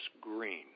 green